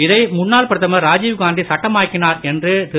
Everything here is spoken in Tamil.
இதை முன்னாள் பிரதமர் ராஜீவ் காந்தி சட்டமாக்கினார் என்று திரு